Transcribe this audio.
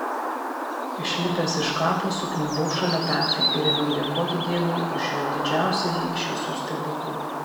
išlipęs iš kapo sukniubau šalia petro ir ėmiau dėkoti dievui už jo didžiausiąjį iš visų stebuklų